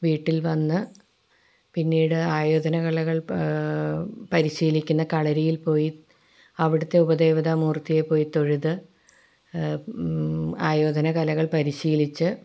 വീട്ടിൽ വന്ന് പിന്നീട് ആയോധന കലകൾ പരിശീലിക്കുന്ന കളരിയിൽ പോയി അവിടുത്തെ ഉപദേവതാ മൂർത്തിയെപ്പോയി തൊഴുത് ആയോധനകലകൾ പരിശീലിച്ച്